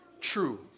true